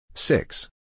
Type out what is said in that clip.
Six